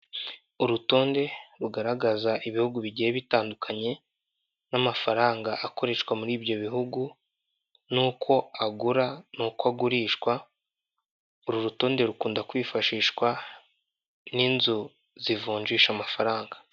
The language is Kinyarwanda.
Urutonde rugaragaza ibihungu bigiye bitandukanye, n'amafaranga akoreshwa muri ibyo bihugu, n'uko agura n'uko agurishwa, uru rutonde rukunda kwifashishwa n'inzu zivunjisha amafaranga.